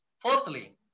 Fourthly